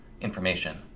information